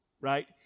right